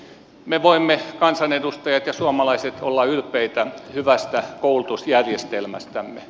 me voimme kansanedustajat ja suomalaiset olla ylpeitä hyvästä koulutusjärjestelmästämme